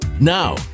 Now